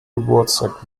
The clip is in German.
geburtstag